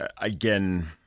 again